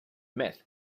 myth